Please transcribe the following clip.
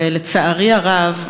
ולצערי הרב,